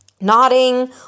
nodding